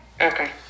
okay